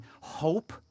hope